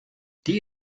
die